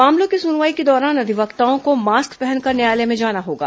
मामलों की सुनवाई के दौरान अधिवक्ताओं को मास्क पहनकर न्यायालय में जाना होगा